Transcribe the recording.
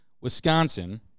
Wisconsin